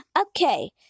Okay